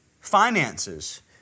finances